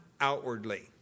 outwardly